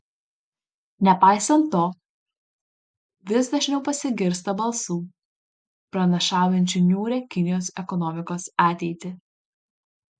nepaisant to vis dažniau pasigirsta balsų pranašaujančių niūrią kinijos ekonomikos ateitį